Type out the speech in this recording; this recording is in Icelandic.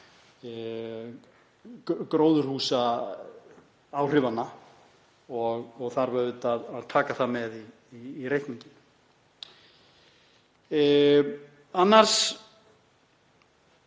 gróðurhúsaáhrifanna og þarf auðvitað að taka það með í reikninginn. Annars